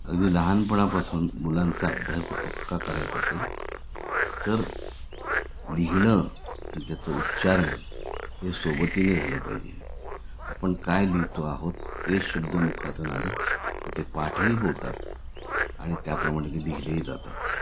अगदी लहानपणापासून मुलांचा अभ्यास पक्का करायचा असेल तर लिहिणं आणि त्याचं उच्चारण हे सोबतीने झालं पाहिजे आपण काय लिहितो आहोत ते शब्द मुखातून आले तर ते पाठही होतात आणि त्याप्रमाणे ते लिहिलेही जातात